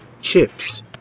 Chips